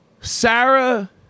Sarah